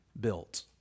built